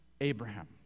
Abraham